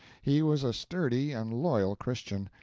he was a sturdy and loyal christian,